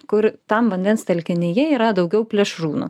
kur tam vandens telkinyje yra daugiau plėšrūnų